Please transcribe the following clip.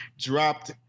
dropped